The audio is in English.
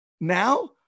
now